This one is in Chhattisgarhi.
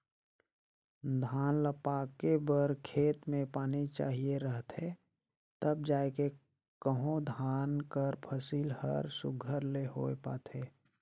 धान ल पाके बर खेत में पानी चाहिए रहथे तब जाएके कहों धान कर फसिल हर सुग्घर ले होए पाथे